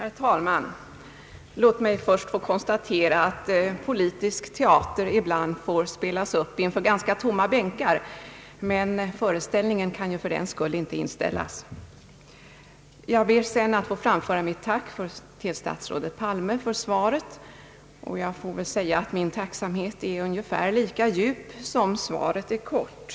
Herr talman! Låt mig först få konstatera att politisk teater ibland får spelas upp inför ganska tomma bänkar, men föreställningen kan ju för den skull inte inställas. Jag ber sedan att få framföra mitt tack till statsrådet Palme för svaret och jag får väl säga att min tacksamhet är lika djup som svaret är kort.